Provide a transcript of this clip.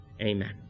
amen